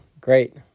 Great